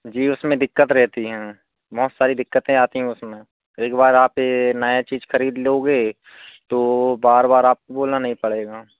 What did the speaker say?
जी उसमें दिक्कत रहतीं हैं बहुत सारी दिक्कतें आती हें उसमें एकबार आप ये नया चीज खरीद लोगे तो बार बार आपको बोलना नहीं पड़ेगा